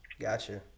gotcha